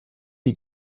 die